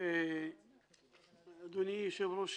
אדוני היושב-ראש,